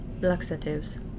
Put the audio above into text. laxatives